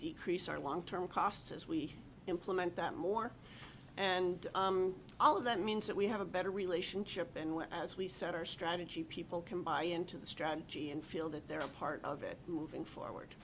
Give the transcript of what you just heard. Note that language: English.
decrease our long term costs as we implement that more and all of that means that we have a better relationship and as we set our strategy people can buy into the strategy and feel that they're a part of it moving forward